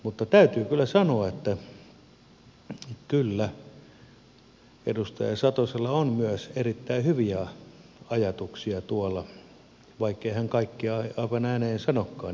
mutta täytyy kyllä sanoa että kyllä edustaja satosella on myös erittäin hyviä ajatuksia tuolla vaikkei hän kaikkia aivan ääneen sanokaan